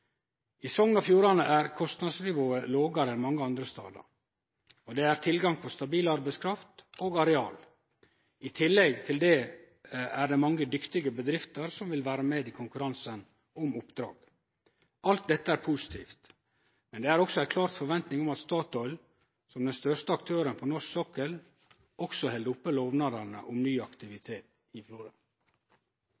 I Sogn og Fjordane er kostnadsnivået lågare enn mange andre stadar, og det er tilgang på stabil arbeidskraft og areal. I tillegg til det er det mange dyktige bedrifter som vil vere med i konkurransen om oppdrag. Alt dette er positivt, men det er også ei klar forventning om at Statoil, som den største aktøren på norsk sokkel, også held oppe lovnadene om ny